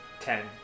Ten